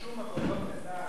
בשום מקום,